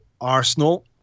arsenal